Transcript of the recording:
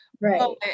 right